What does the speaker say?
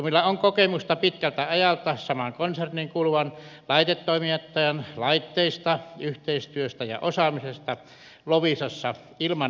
fortumilla on kokemusta pitkältä ajalta samaan konserniin kuuluvan laitetoimittajan laitteista yhteistyöstä ja osaamisesta loviisassa ilman ongelmia